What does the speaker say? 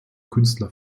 künstler